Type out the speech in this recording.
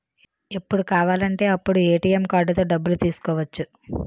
ఎప్పుడు కావాలంటే అప్పుడు ఏ.టి.ఎం కార్డుతో డబ్బులు తీసుకోవచ్చు